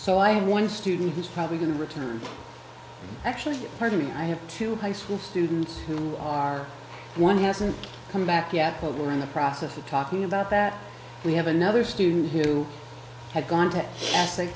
so i have one student who's probably going to return actually pardon me i have two high school students who are one who hasn't come back yet but we're in the process of talking about that we have another student here who had gone to